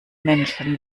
menschen